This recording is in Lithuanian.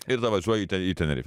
ir tada važiuoji į į tenerifę